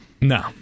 No